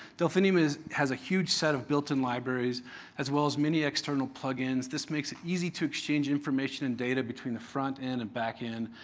delphinium has a huge set of built-in libraries as well as many external plug-ins. this makes it easy to exchange information and data between the front end and back end,